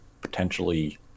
potentially